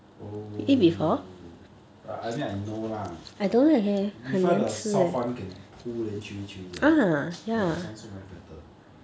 oh I I mean I know lah you prefer further the soft one can pull and chewy chewy 的 right ya sound so much better